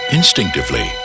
instinctively